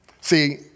See